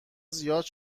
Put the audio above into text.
زیاد